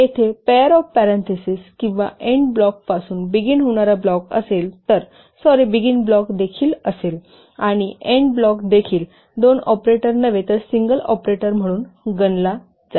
तर जर तेथे पेयेंर ऑफ प्यारेंथेसिस किंवा एन्ड ब्लॉकपासून बिगिन होणारा ब्लॉक असेल तर सॉरी बिगिन ब्लॉक देखील असेल आणि एन्ड ब्लॉक देखील दोन ऑपरेटर नव्हे तर सिंगल ऑपरेटर म्हणून गणला जाईल